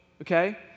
okay